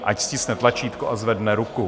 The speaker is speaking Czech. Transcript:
Ať stiskne tlačítko a zvedne ruku.